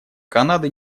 канады